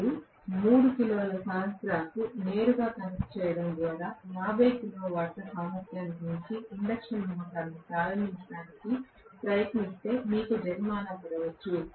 మీరు 3 కిలోల సరఫరాకు నేరుగా కనెక్ట్ చేయడం ద్వారా 50 కిలోవాట్ల సామర్థ్యానికి మించి ఇండక్షన్ మోటారును ప్రారంభించడానికి ప్రయత్నిస్తే మీకు జరిమానా పడవచ్చు